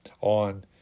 on